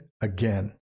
again